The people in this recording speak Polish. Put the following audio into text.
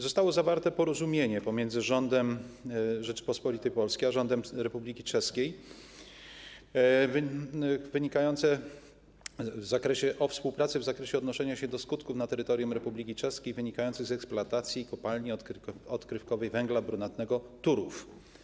Zostało zawarte porozumienie pomiędzy rządem Rzeczypospolitej Polskiej a rządem Republiki Czeskiej o współpracy w zakresie odnoszenia się do skutków na terytorium Republiki Czeskiej wynikających z eksploatacji Kopalni Odkrywkowej Węgla Brunatnego Turów.